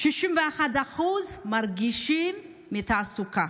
61% מרגישים בתעסוקה,